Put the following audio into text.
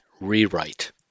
rewrite